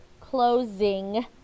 closing